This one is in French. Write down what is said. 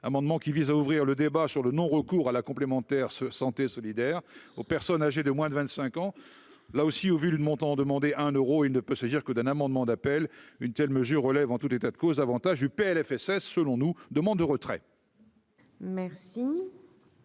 amendement qui vise à ouvrir le débat sur le non-recours à la complémentaire santé solidaire aux personnes âgées de moins de 25 ans, là aussi au vu le montant demandé un Euro, il ne peut se dire que, d'un amendement d'appel, une telle mesure relève en tout état de cause, avantages du PLFSS selon nous demande de retrait. Merci